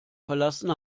verlassen